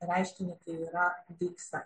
reiškiniu tai yra deikse